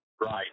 Right